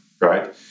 right